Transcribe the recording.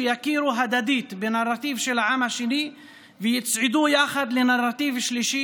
שיכירו הדדית בנרטיב של העם השני ויצעדו יחד לנרטיב שלישי,